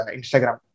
Instagram